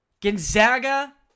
Gonzaga